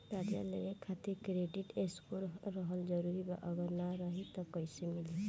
कर्जा लेवे खातिर क्रेडिट स्कोर रहल जरूरी बा अगर ना रही त कैसे मिली?